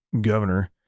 governor